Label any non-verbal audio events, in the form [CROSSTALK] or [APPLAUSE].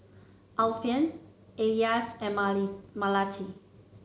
Alfian Elyas and [UNINTELLIGIBLE] Melati